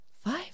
Five